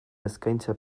eskaintza